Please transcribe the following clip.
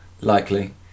likely